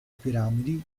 piramidi